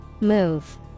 Move